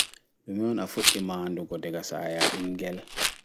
Ɗume on a fuɗɗi maa'nɗugo ɗaga sai a ɓingel